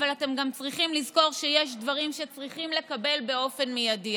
אבל אתם גם צריכים לזכור שיש דברים שצריכים לקבל באופן מיידי.